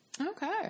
okay